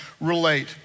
relate